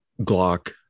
Glock